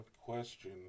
question